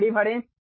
सामग्री भरें